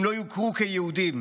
אם לא יוכרו כיהודים,